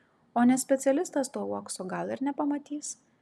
o ne specialistas to uokso gal ir nepamatys